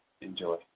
enjoy